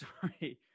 sorry